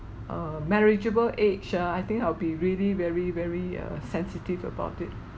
uh marriageable age uh I think I'll be really very very uh sensitive about it